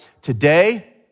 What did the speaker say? today